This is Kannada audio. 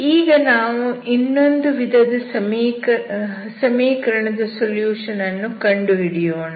ಈಗ ನಾವು ಇನ್ನೊಂದು ವಿಧದ ಸಮೀಕರಣದ ಸೊಲ್ಯೂಷನ್ ಅನ್ನು ಕಂಡುಹಿಡಿಯೋಣ